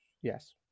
Yes